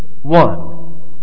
one